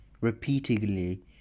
repeatedly